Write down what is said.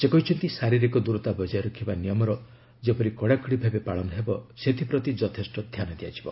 ସେ କହିଛନ୍ତି ଶାରିରୀକ ଦୂରତା ବଜାୟ ରଖିବା ନିୟମର ଯେପରି କଡାକଡି ଭାବେ ପାଳନ ହେବ ସେଥିପ୍ରତି ଯଥେଷ୍ଟ ଧ୍ୟାନ ଦିଆଯିବ